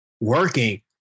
working